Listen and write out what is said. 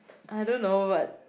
I don't know but